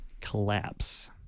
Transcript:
collapse